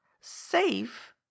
Safe